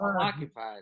occupied